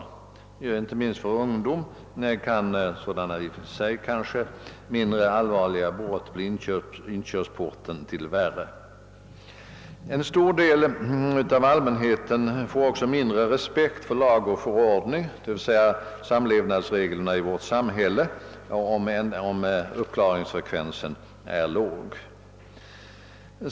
För inte minst vår ungdom kan sådana i och för sig mindre allvarliga brott bli inkörsporten till värre. En stor del av allmänheten får också mindre respekt för lag och ordning, d. v. s. samlevnadsreglerna i vårt samhälle, om uppklaringsfrekvensen är låg.